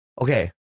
Okay